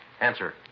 Answer